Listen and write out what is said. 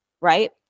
right